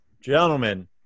gentlemen